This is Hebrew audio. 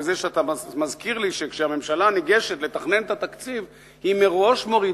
בזה שאתה מזכיר לי שכאשר הממשלה ניגשת לתכנן את התקציב היא מראש מורידה,